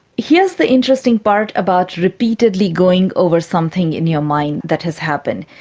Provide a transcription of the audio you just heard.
here's the interesting part about repeatedly going over something in your mind that has happened.